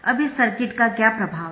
अब इस सर्किट का क्या प्रभाव है